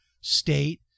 state